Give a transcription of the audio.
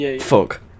fuck